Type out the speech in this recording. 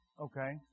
okay